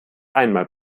einmal